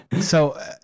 so-